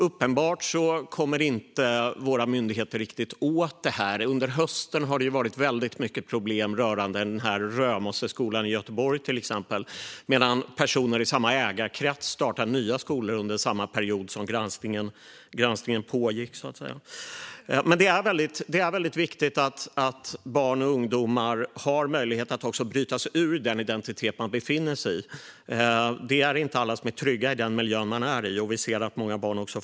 Uppenbarligen kommer inte våra myndigheter riktigt åt detta. Under hösten har det till exempel varit väldigt mycket problem rörande Römosseskolan i Göteborg. Personer i samma ägarkrets startade nya skolor under samma period som granskningen pågick. Det är väldigt viktigt att barn och ungdomar har möjlighet att bryta sig ur den identitet de befinner sig i. Det är inte alla som är trygga i den miljö de är i. Vi ser att många barn far illa.